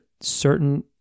certain